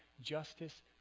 justice